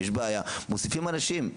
אם יש בעיה מוסיפים אנשים.